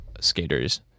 skaters